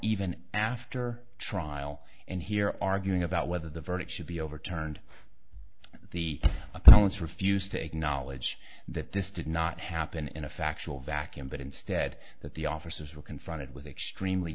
even after trial and here arguing about whether the verdict should be overturned the appellant's refused to acknowledge that this did not happen in a factual vacuum but instead that the officers were confronted with extremely